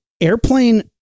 Airplane